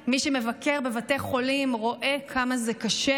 מי שמבקר בבתי חולים רואה כמה זה קשה.